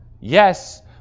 yes